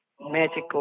magical